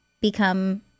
become